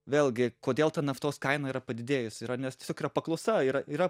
vėlgi kodėl ta naftos kaina yra padidėjus yra nes tiesiog yra paklausa yr yra